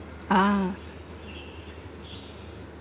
ah